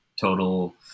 total